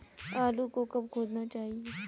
आलू को कब खोदना चाहिए?